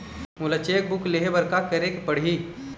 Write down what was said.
मोला cheque book लेहे बर का केरेक पढ़ही?